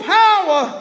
power